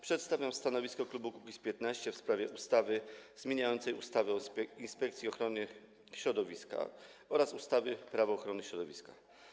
Przedstawiam stanowisko klubu Kukiz’15 w sprawie ustawy zmieniającej ustawę o Inspekcji Ochrony Środowiska oraz ustawę Prawo ochrony środowiska.